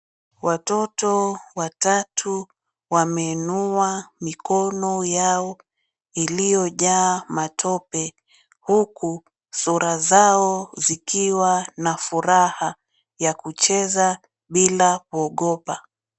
Watoto watatu wameinua mikono yao iliyojaa matope huku sura zao zikiwa na furaha ya kucheza bila kuogopa.